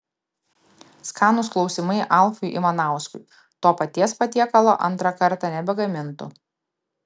skanūs klausimai alfui ivanauskui to paties patiekalo antrą kartą nebegamintų